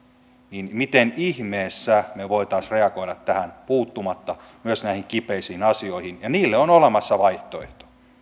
niin miten ihmeessä me voisimme reagoida tähän puuttumatta myös näihin kipeisiin asioihin ja niille on olemassa vaihtoehto